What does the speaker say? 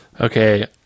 Okay